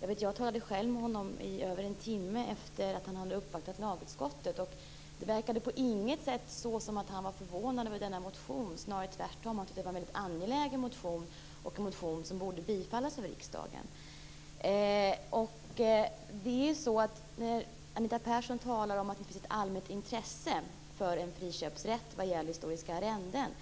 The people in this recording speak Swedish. nämndes här. Jag talade själv med honom i över en timme efter det att han hade uppvaktat lagutskottet, och det verkade inte på något sätt som om han var förvånad över motionen - snarare tvärtom. Han tyckte att det var en väldigt angelägen motion som borde bifallas av riksdagen. Anita Persson talar om att det finns ett allmänt intresse för en friköpsrätt vad gäller historiska arrenden.